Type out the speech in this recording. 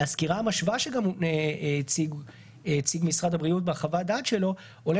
מהסקירה המשווה שגם הציג משרד הבריאות בחוות הדעת שלו עולה